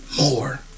more